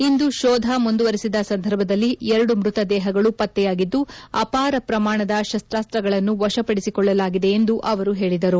ಇಂದು ಶೋಧ ಮುಂದುವರೆಸಿದ ಸಂದರ್ಭದಲ್ಲಿ ಎರಡು ಮೃತದೇಹಗಳು ಪತ್ತೆಯಾಗಿದ್ದು ಅಪಾರ ಪ್ರಮಾಣದ ಶಸ್ತಾಸ್ತಗಳನ್ನು ವಶಪಡಿಸಿಕೊಳ್ಳಲಾಗಿದೆ ಎಂದು ಅವರು ಹೇಳಿದರು